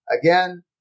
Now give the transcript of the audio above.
again